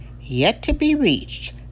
yet-to-be-reached